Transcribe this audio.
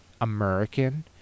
american